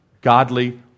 godly